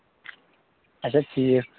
اچھا ٹھیٖک